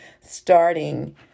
starting